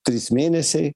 tris mėnesiai